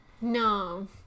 No